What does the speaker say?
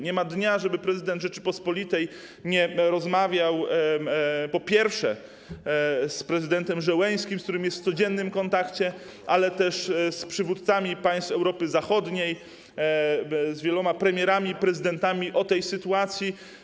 Nie ma dnia, żeby prezydent Rzeczypospolitej Polskiej nie rozmawiał, po pierwsze, z prezydentem Zełenskim, z którym jest w codziennym kontakcie, oraz z przywódcami państw Europy Zachodniej, z wieloma premierami, prezydentami o tej sytuacji.